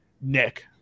Nick